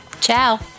Ciao